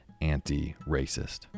anti-racist